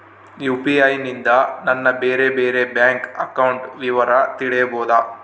UPI ನಿಂದ ನನ್ನ ಬೇರೆ ಬೇರೆ ಬ್ಯಾಂಕ್ ಅಕೌಂಟ್ ವಿವರ ತಿಳೇಬೋದ?